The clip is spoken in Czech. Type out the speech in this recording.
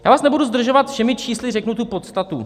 Já vás nebudu zdržovat všemi čísly, řeknu podstatu.